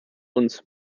uns